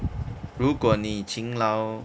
如果你勤劳